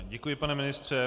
Děkuji, pane ministře.